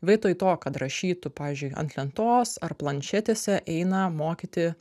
vietoj to kad rašytų pavyzdžiui ant lentos ar planšetėse eina mokyti